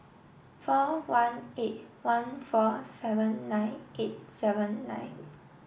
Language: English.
four one eight one four seven nine eight seven nine